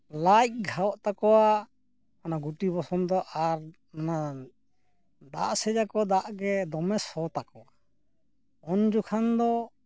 ᱞᱟᱡ ᱜᱷᱟᱜ ᱛᱟᱠᱚᱣᱟ ᱚᱱᱟ ᱜᱩᱴᱤ ᱵᱚᱥᱚᱱᱛᱚ ᱟᱨ ᱚᱱᱟ ᱫᱟᱜ ᱥᱮᱫᱟᱠᱚ ᱡᱟᱜ ᱜᱮ ᱫᱚᱢᱮ ᱥᱚ ᱛᱟᱠᱚᱣᱟ ᱩᱱ ᱡᱚᱠᱷᱟᱱ ᱫᱚ